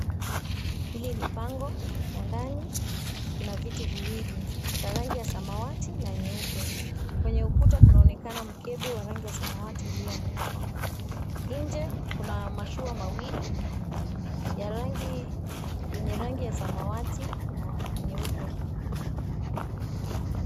Hili ni pango na ndani kuna viti viwili, cha rangi ya samawati, na nyeupe. Kwenye ukuta kunaonekana mkebe wa rangi ya samawati ulioanikwa. Nje kuna mashua mawili, yenye rangi ya samawati na nyeupe.